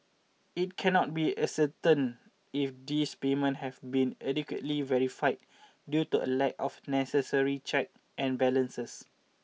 it cannot be ascertained if these payment have been adequately verified due to a lack of necessary check and balances